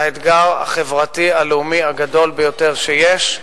זה האתגר החברתי-הלאומי הגדול ביותר שיש.